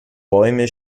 bäume